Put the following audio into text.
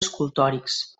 escultòrics